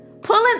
Pulling